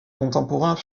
contemporains